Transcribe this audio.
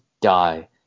die